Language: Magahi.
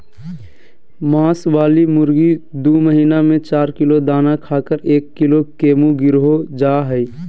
मांस वाली मुर्गी दू महीना में चार किलो दाना खाकर एक किलो केमुर्गीहो जा हइ